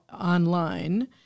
online